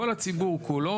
כל הציבור כולו,